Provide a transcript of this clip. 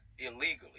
illegally